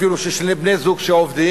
אפילו של שני בני-זוג שעובדים,